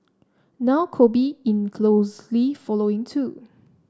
now Kobe in closely following too